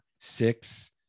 six